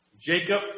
Jacob